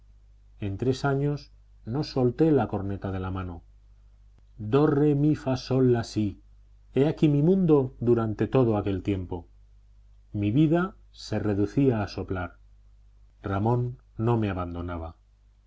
en tres años no solté la corneta de la mano do re mi fa sol la si he aquí mi mundo durante todo aquel tiempo mi vida se reducía a soplar ramón no me abandonaba